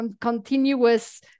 continuous